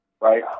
right